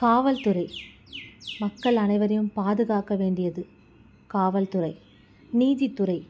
காவல்துறை மக்கள் அனைவரையும் பாதுகாக்க வேண்டியது காவல்துறை நீதித்துறை